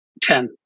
Ten